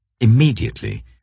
Immediately